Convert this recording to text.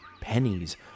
pennies